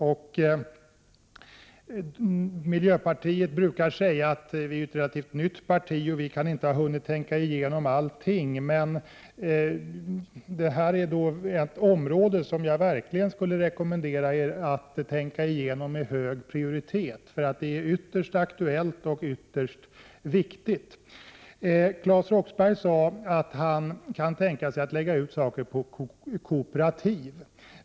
Miljöpartiets företrädare brukar säga att de tillhör ett relativt nytt parti och att dess representanter därför inte har hunnit tänka igenom alla frågor, men detta är ett område som jag verkligen skulle rekommendera er att tänka igenom med hög prioritet. Det är nämligen ytterst aktuella frågor och ytterst viktiga sådana. Claes Roxbergh sade att han kan tänka sig att låta verksamhet drivas av kooperativ.